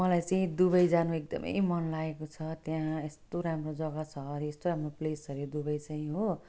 मलाई चाहिँ दुबई जानु एकदम मन लागेको छ त्यहाँ यस्तो राम्रो जगा छ यस्तो राम्रो प्लेस छ हरे दुबई चाहिँ हो